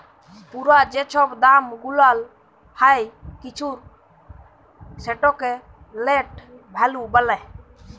পুরা যে ছব দাম গুলাল হ্যয় কিছুর সেটকে লেট ভ্যালু ব্যলে